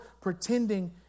pretending